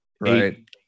right